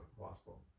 possible